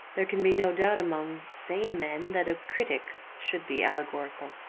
there can be no doubt among sane men that a critic should be allegorical.